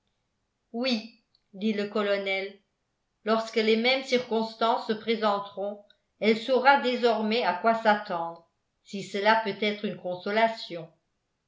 oui dit le colonel lorsque les mêmes circonstances se présenteront elle saura désormais à quoi s'attendre si cela peut être une consolation